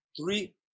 three